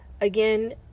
Again